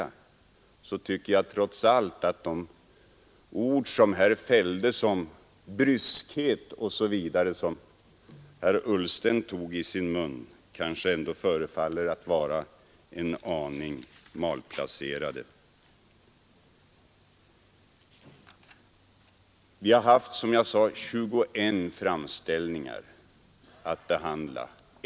Mot den bakgrunden tycker jag trots allt att de ord om bryskhet och liknande som herr Ullsten tog i sin mun var en aning malplacerade. Vi har, som jag sade, haft 21 framställningar att behandla.